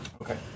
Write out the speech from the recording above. Okay